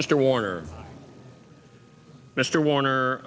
mr warner mr warner